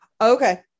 Okay